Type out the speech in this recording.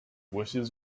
wishes